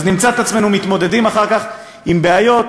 אז נמצא את עצמנו מתמודדים אחר כך עם בעיות